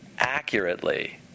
Accurately